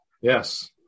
Yes